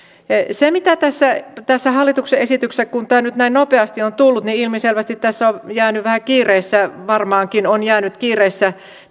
tässä tässä hallituksen esityksessä kun tämä nyt näin nopeasti on tullut ilmiselvästi on jäänyt vähän kiireessä varmaankin on jäänyt kiireessä